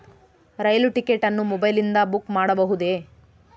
ರೈಲು ticket ಅನ್ನು ಮೊಬೈಲಿಂದ book ಮಾಡಬಹುದೆ?